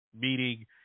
Meaning